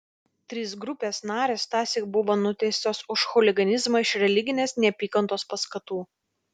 trys grupės narės tąsyk buvo nuteistos už chuliganizmą iš religinės neapykantos paskatų